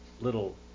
little